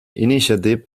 initiative